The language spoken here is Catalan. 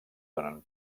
donen